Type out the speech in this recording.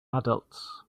adults